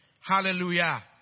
Hallelujah